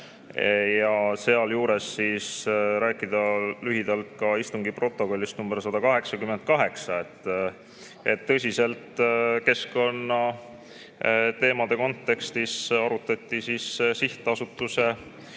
ja sealjuures rääkida lühidalt ka istungi protokollist nr 188. Tõsiste keskkonnateemade kontekstis arutati sihtasutuse